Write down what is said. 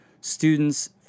students